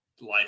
life